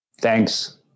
Thanks